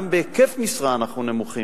גם בהיקף משרה אנחנו נמוכים,